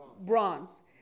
bronze